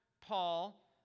Paul